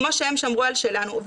כמו שהם שמרו על שלנו,